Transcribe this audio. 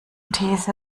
these